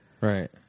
right